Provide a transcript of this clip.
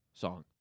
song